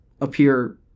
appear